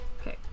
Okay